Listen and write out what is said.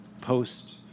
post